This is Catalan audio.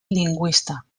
lingüista